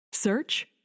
Search